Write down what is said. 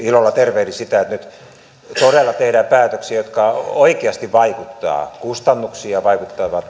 ilolla tervehdin sitä että nyt todella tehdään päätöksiä jotka oikeasti vaikuttavat kustannuksiin ja vaikuttavat tähän